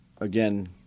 Again